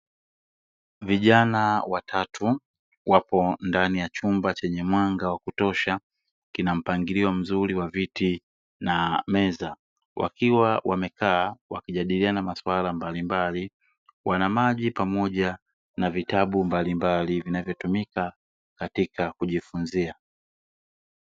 Vijana watatu wapo ndani ya chumba chenye mwanga wa kutosha. Kina mpangilio mzuri wa viti na meza, wakiwa wamekaa wakijadiliana maswala mbalimbali. Wana maji pamoja na vitabu mbalimbali vinavyotumika katika kujifunzia.